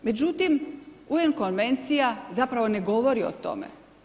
Međutim, UN Konvencija zapravo ne govori o tome.